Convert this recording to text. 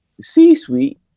C-suite